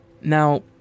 Now